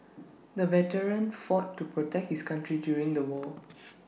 the veteran fought to protect his country during the war